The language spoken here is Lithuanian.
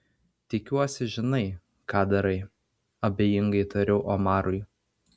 tikiuosi žinai ką darai abejingai tariau omarui